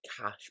Cash